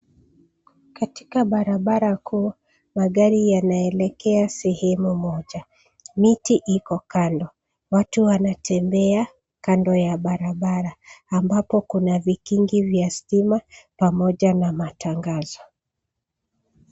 Katika barabara kuu, magari yanaelekea sehemu moja. Miti iko kando. Watu wanatembea kando ya barabara, ambapo kuna vikingi vya stima, pamoja na matangazo.